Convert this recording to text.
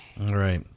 right